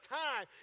time